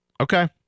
Okay